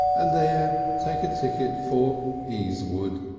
and there take a ticket for easewood.